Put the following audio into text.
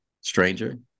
stranger